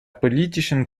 politischen